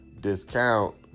discount